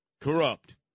corrupt